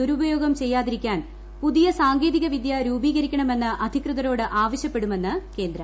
ദൂരൂപയോഗംചെയ്യാതിരിക്കാൻ പുതിയ സാങ്കേതിക വിദ്യ രൂപീകരിക്കണമെന്ന് അധികൃതരോട് ആവശൃപ്പെടുമെന്ന് കേന്ദ്രം